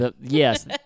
Yes